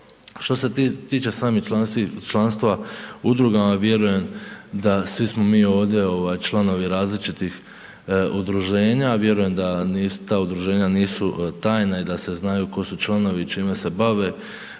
Što se tiče sami članstva u udrugama, vjerujem da svi smo mi ovdje ovaj članovi različitih udruženja, vjerujem da ta udruženja nisu tajna i da se znaju ko su članovi i čime se bave